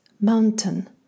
mountain